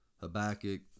Habakkuk